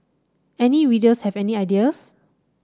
any readers have any ideas